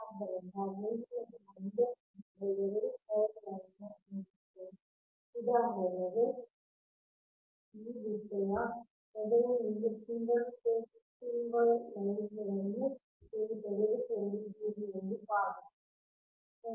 ಆದ್ದರಿಂದ ಮುಂದಿನದು ಒಂದೇ ಹಂತದ 2 ವೈರ್ ಲೈನ್ನ ಇಂಡಕ್ಟನ್ಸ್ ಉದಾಹರಣೆಗೆ ಈ ವಿಷಯದ ಮೊದಲು ನಿಮ್ಮ ಸಿಂಗಲ್ ಫೇಸ್ 2 ವೈರ್ ಲೈನ್ಗಳನ್ನು ನೀವು ತೆಗೆದುಕೊಂಡಿದ್ದೀರಿ ಎಂದು ಭಾವಿಸಿ